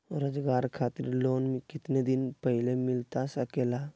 रोजगार खातिर लोन कितने दिन पहले मिलता सके ला?